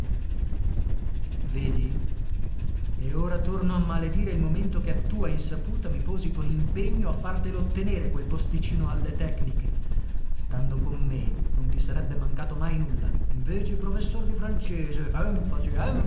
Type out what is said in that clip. e ora torno a maledire il momento che a tua insaputa mi posi con impegno a fartelo ottenere quel posticino alle tecniche stando con me non ti sarebbe mancato mai nulla invece professor di francese